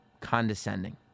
condescending